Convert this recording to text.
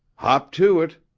hop to it,